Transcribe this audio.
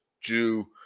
Jew